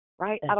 Right